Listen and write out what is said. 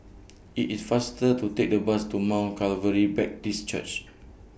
IT IS faster to Take The Bus to Mount Calvary Baptist Church